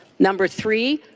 number three,